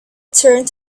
turned